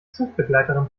zugbegleiterin